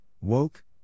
woke